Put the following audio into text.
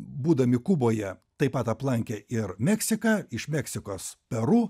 būdami kuboje taip pat aplankė ir meksiką iš meksikos peru